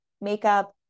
makeup